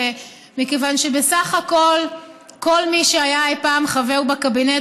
מכיוון שבסך הכול כל מי שהיה אי פעם חבר בקבינט